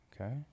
Okay